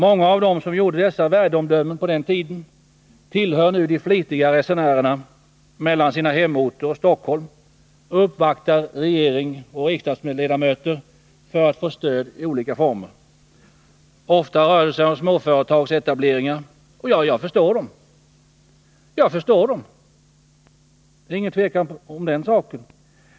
Många av dem som på den tiden gjorde dessa värdeomdömen tillhör nu de flitiga resenärerna mellan sina hemorter och Stockholm och uppvaktar regering och riksdagsledamöter för att få stöd i olika former. Ofta rör det sig om småföretagsetableringar. Jag förstår dem — det är inget tvivel om den saken.